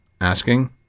asking